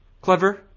Clever